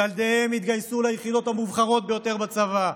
ילדיהם התגייסו ליחידות המובחרות ביותר בצבא,